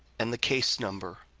and the case number.